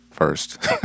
first